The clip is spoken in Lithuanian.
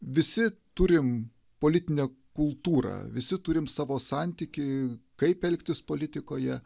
visi turim politinę kultūrą visi turim savo santykį kaip elgtis politikoje